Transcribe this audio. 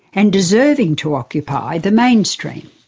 and deserving to occupy, the mainstream.